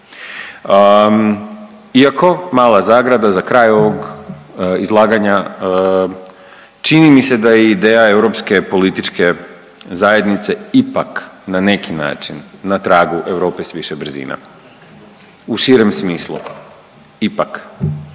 Iako mala zagrada za kraj ovog izlaganja, čini mi se da je ideja europske političke zajednice ipak na neki način na tragu Europe s više brzina u širem smislu, ipak,